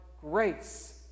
grace